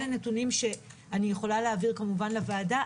אלה הנתונים שאני יכולה להעביר לוועדה,